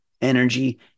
energy